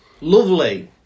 Lovely